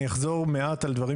אני אחזור מעט על דברים